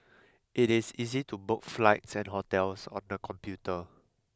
it is easy to book flights and hotels on the computer